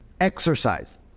exercise